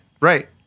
right